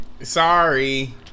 Sorry